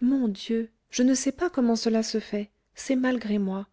mon dieu je ne sais pas comment cela se fait c'est malgré moi